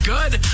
Good